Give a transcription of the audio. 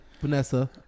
Vanessa